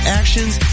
actions